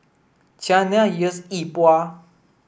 Qiana yes Yi Bua